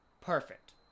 perfect